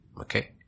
Okay